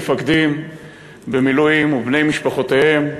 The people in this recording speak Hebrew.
מפקדים במילואים ובני משפחותיהם,